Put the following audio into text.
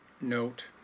note